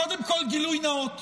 קודם כול, גילוי נאות.